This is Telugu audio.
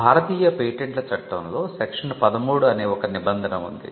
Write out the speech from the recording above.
భారతీయ పేటెంట్ల చట్టంలో సెక్షన్ 13 అనే ఒక నిబంధన ఉంది